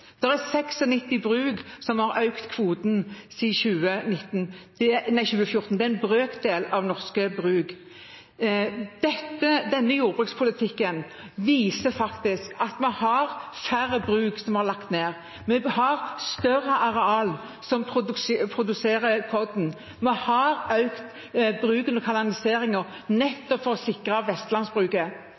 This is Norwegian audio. er 96 bruk som har økt kvoten siden 2014. Det er en brøkdel av norske bruk. Denne jordbrukspolitikken viser faktisk at det er færre bruk som er lagt ned. Vi har større areal som produserer korn. Vi har økt bruken og kanaliseringen, nettopp for å sikre vestlandsbruket.